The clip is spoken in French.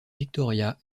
victoria